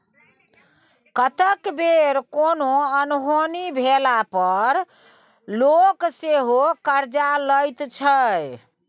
कतेक बेर कोनो अनहोनी भेला पर लोक सेहो करजा लैत छै